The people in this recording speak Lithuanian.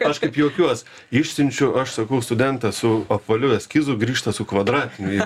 aš kaip juokiuos išsiunčiu aš sakau studentą su apvaliu eskizu grįžta su kvadratiniu jie pas